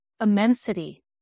immensity